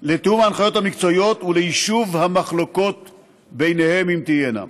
המקצועיות וליישוב המחלוקות ביניהם, אם תהיינה.